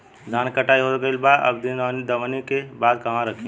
धान के कटाई हो गइल बा अब दवनि के बाद कहवा रखी?